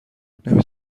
نمی